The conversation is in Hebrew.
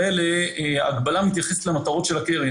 ההגבלה מתייחסת למטרות אלו.